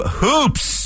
hoops